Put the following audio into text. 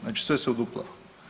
Znači sve se uduplava.